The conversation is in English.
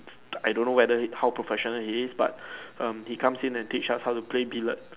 I don't know whether how professional he is but um he comes in and teach us how to play billet